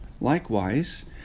Likewise